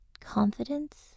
Confidence